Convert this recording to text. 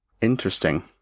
Interesting